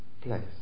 place